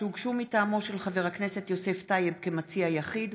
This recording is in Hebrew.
שהוגשו מטעמו של חבר הכנסת יוסף טייב כמציע יחיד,